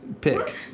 pick